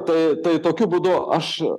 tai tai tokiu būdu aš